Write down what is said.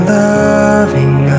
loving